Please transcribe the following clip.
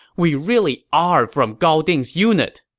we really are from gao ding's unit.